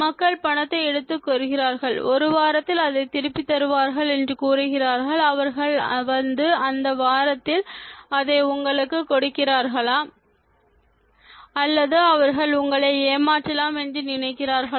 மக்கள் பணத்தை எடுத்துக்கொள்கிறார்கள் ஒரு வாரத்தில் அதை திருப்பித் தருவார்கள் என்று கூறுகிறார்கள் அவர்கள் வந்து அந்த வாரத்தில் அதை உங்களுக்குக் கொடுக்கிறார்களா அல்லது அவர்கள் உங்களை ஏமாற்றலாம் என்று நினைக்கிறார்களா